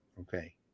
Okay